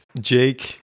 Jake